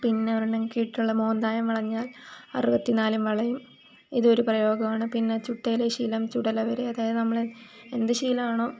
പിന്നൊരണ്ണം കേട്ടിട്ടുള്ളത് മോന്തായം വളഞ്ഞാൽ അറുപത്തിനാലും വളയും ഇതൊരു പ്രയോഗമാണ് പിന്നെ ചൊട്ടയിലെ ശീലം ചുടല വരെ അതായത് നമ്മൾ എന്ത് ശീലമാണോ